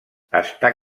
està